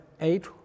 eight